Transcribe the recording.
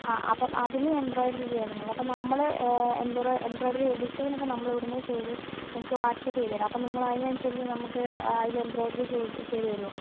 ആ അപ്പം അതിൽ എംബ്രോയ്ഡറി ചെയ്യാൻ വേണ്ടിയാണ് അപ്പോൾ നമ്മൾ എംബ്രോയി എംബ്രോയ്ഡറി ഡിസൈൻ ഒക്കെ നമ്മൾ ഇവിടുന്ന് ചെയ്ത് നിങ്ങൾക്ക് വാട്സ്ആപ്പ് ചെയ്തുതരാം അപ്പോൾ നിങ്ങൾ അതിനനുസരിച്ച് നമുക്ക് അതിൽ എംബ്രോയ്ഡറി ചെയ്ത് ചെയ്തു തരുവോ